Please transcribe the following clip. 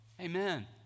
Amen